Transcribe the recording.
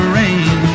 rain